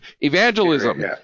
evangelism